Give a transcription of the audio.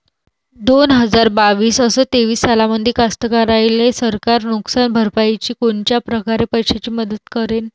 दोन हजार बावीस अस तेवीस सालामंदी कास्तकाराइले सरकार नुकसान भरपाईची कोनच्या परकारे पैशाची मदत करेन?